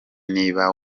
niba